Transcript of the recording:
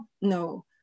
no